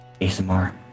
ASMR